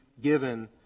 given